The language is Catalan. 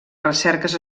recerques